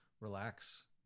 relax